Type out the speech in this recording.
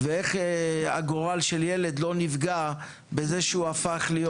ואיך גורלו של ילד לא נפגע מזה שהוא הפך להיות